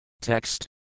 Text